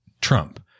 Trump